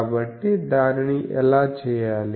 కాబట్టి దానిని ఎలా చేయాలి